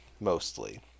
mostly